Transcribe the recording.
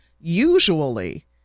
Usually